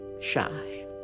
shy